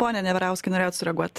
ponia neverauskai norėjot sureaguot